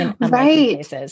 Right